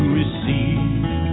receive